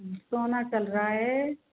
सोना चल रहा है